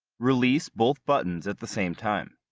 release both buttons at the same time.